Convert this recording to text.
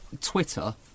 Twitter